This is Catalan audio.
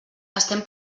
estem